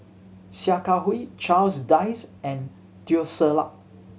Sia Kah Hui Charles Dyce and Teo Ser Luck